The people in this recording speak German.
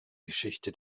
geschichte